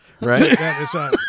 Right